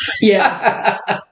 Yes